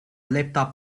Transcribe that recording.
laptop